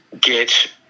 get